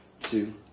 two